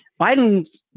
biden